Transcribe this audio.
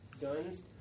guns